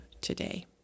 today